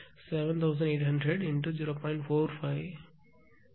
456 ஆக மாறும் எனவே 7800 × 0